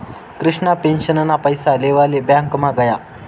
कृष्णा पेंशनना पैसा लेवाले ब्यांकमा गया